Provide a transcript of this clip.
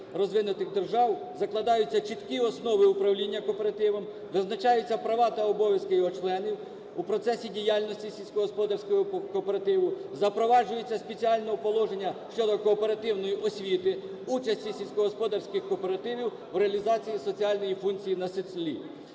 розвинутих держав закладаються чіткі основи управління кооперативом, визначаються права та обов'язки його членів у процесі діяльності сільськогосподарського кооперативу, запроваджуються спеціальні положення щодо кооперативної освіти, участі сільськогосподарських кооперативів у реалізації соціальної функції на селі.